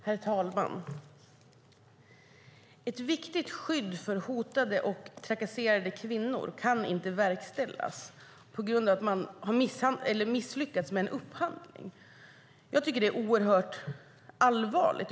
Herr talman! Ett viktigt skydd för hotade och trakasserade kvinnor kan inte verkställas på grund av att man har misslyckats med en upphandling. Jag tycker att det är oerhört allvarligt.